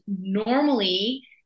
normally